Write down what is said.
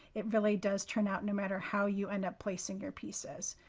it really does turn out no matter how you end up placing your pieces.